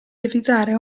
evitare